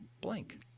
blank